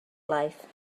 life